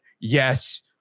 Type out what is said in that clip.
yes